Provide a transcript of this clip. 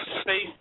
space